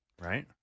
right